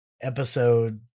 episode